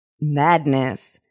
Madness